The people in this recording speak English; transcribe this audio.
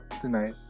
tonight